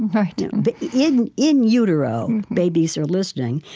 and but in in utero, babies are listening.